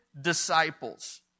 disciples